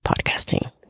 podcasting